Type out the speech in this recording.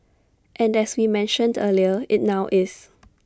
and as we mentioned earlier IT now is